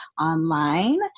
online